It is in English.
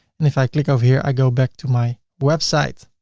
and if i click over here, i go back to my website.